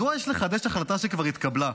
מדוע יש לחדש החלטה שכבר התקבלה?